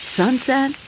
sunset